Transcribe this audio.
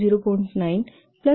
910